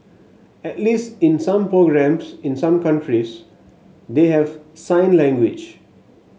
at least in some programmes in some countries they have sign language